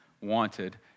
wanted